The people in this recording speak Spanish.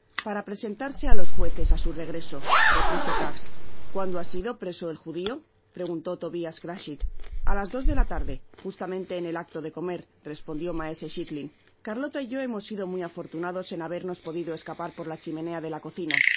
para presentarse á los jueces á su regreso repuso kags cuándo ha sido preso el judio preguntó tobias crachit a las dos de la tarde justamente en el acto de comer respondió maese chitling carlota y yo hemos sido muy afortunados en habernos podido escapar por la chimenea do la cocina en